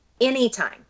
anytime